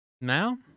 Now